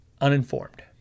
uninformed